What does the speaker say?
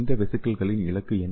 இந்த வெசிகிள்களின் இலக்கு என்ன